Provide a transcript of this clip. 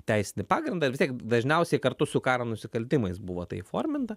teisinį pagrindą ir vis tiek dažniausiai kartu su karo nusikaltimais buvo tai įforminta